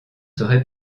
seraient